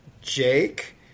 Jake